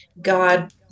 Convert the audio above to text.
God